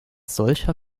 solcher